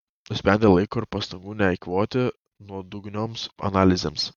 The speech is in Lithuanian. nusprendė laiko ir pastangų neeikvoti nuodugnioms analizėms